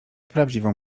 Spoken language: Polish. prawdziwą